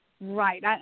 Right